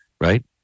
right